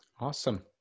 Awesome